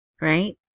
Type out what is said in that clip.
right